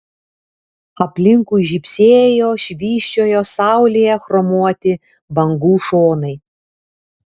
aplinkui žybsėjo švysčiojo saulėje chromuoti bangų šonai